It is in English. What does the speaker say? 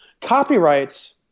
Copyrights